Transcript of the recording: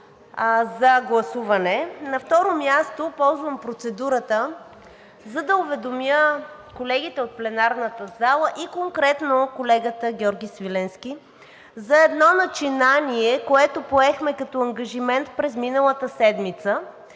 за гласуване. На второ място, ползвам процедурата, за да уведомя колегите от пленарната зала и конкретно колегата Георги Свиленски за едно начинание, което поехме като ангажимент през миналата седмица,